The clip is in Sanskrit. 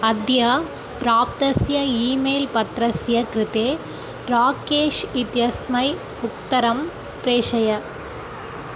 अद्य प्राप्तस्य ई मेल् पत्रस्य कृते राकेशः इत्यस्मै उक्तरं प्रेषय